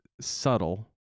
subtle